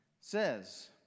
says